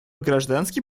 гражданский